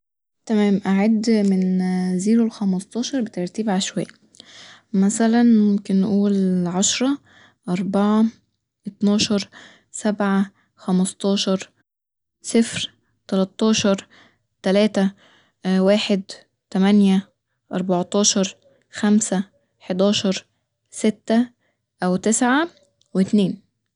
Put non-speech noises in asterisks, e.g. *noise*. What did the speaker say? تمام أعد من *hesitation* زيرو لخمستاشر بترتيب عشوائي مثلا *hesitation* ممكن نقول *hesitation* عشرة أربعة اتناشر سبعة خمستاشر صفر تلاتاشر تلاتة واحد تمانية اربعتاشر خمسة حداشر ستة أو تسعة واتنين